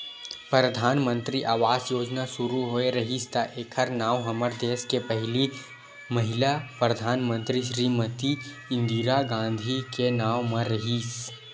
परधानमंतरी आवास योजना सुरू होए रिहिस त एखर नांव हमर देस के पहिली महिला परधानमंतरी श्रीमती इंदिरा गांधी के नांव म रिहिस